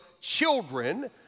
children